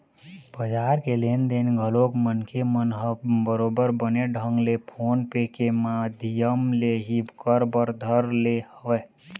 बजार के लेन देन घलोक मनखे मन ह बरोबर बने ढंग ले फोन पे के माधियम ले ही कर बर धर ले हवय